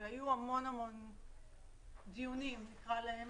היו המון דיונים, נקרא להם